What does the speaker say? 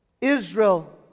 Israel